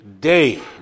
day